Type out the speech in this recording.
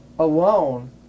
alone